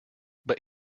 but